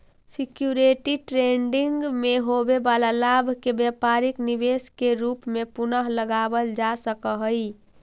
security trading में होवे वाला लाभ के व्यापारिक निवेश के रूप में पुनः लगावल जा सकऽ हई